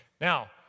Now